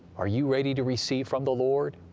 are you ready to receive from the lord?